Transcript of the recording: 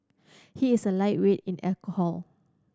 he is a lightweight in alcohol